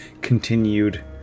continued